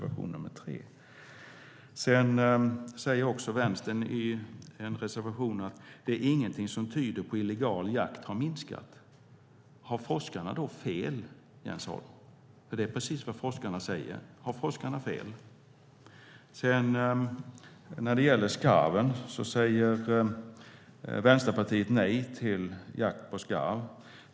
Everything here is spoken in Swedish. Vänstern säger i en annan reservation att ingenting tyder på att illegal jakt har minskat. Har forskarna då fel, Jens Holm, eftersom det är precis vad de säger? Vänsterpartiet säger nej till jakt på skarv.